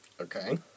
Okay